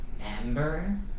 Amber